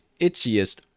itchiest